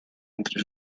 entre